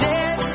Dead